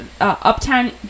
uptown